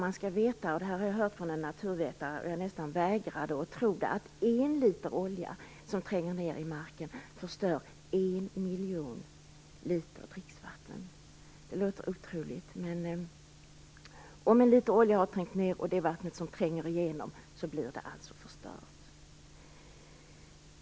Man bör då veta att en liter olja som tränger ner i marken förstör en miljon liter dricksvatten. Det låter otroligt. Jag har hört det av en naturvetare, och jag nästan vägrade att tro det.